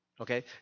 Okay